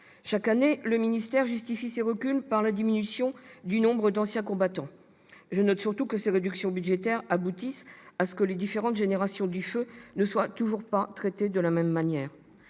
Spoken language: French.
Chaque année, le ministère justifie ces reculs par la diminution du nombre d'anciens combattants. Je note, surtout, que ces réductions budgétaires aboutissent à ce que les différentes générations du feu ne soient toujours pas traitées de la même manière.